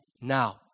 now